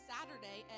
Saturday